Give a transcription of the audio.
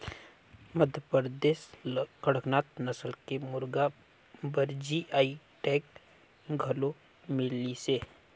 मध्यपरदेस ल कड़कनाथ नसल के मुरगा बर जी.आई टैग घलोक मिलिसे